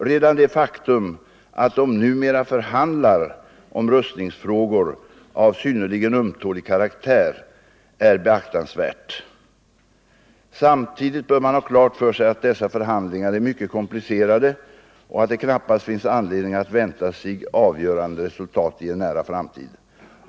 Redan det faktum att de numera förhandlar om rustningsfrågor av synnerligen ömtålig karaktär är beaktansvärt. Samtidigt bör man ha klart för sig att dessa förhandlingar är mycket komplicerade och att det knappast finns anledning att vänta sig avgörande resultat i en nära framtid.